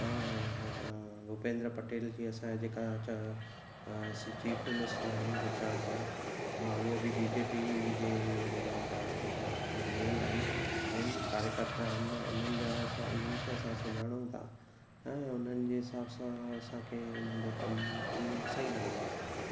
हा ऐं भूपेंद्र पटेल जीअं असांजे जेका हितां जा चीफ मिनिस्टर आहिनि गुजरात जा हा उहो बि बीजेपी जे जा मेन आहिनि कार्यकर्ता आहिनि ऐं इन्हनि जा असां इन्हनि खे असां ॼाणूं था ऐं उन्हनि जे हिसाब सां असांखे हिननि जो कमु सही लॻंदो आहे